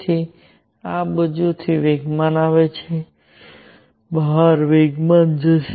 તેથી આ બાજુથી વેગમાન આવે બહાર વેગમાન જશે